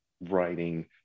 writing